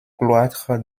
cloître